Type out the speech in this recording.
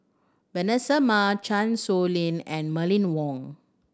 Vanessa Mae Chan Sow Lin and Mylene Ong